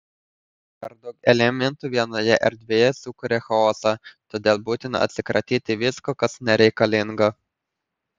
per daug elementų vienoje erdvėje sukuria chaosą todėl būtina atsikratyti visko kas nereikalinga